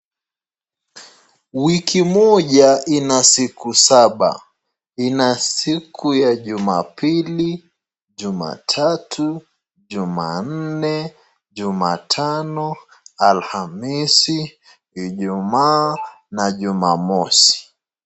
Wiki moja ina siku saba. Inasiku ya juma pili, juma tatu, juma nne, juma tano, alhamisi ijumaa na juma mosi.